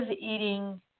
eating